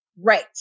right